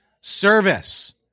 Service